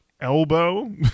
Elbow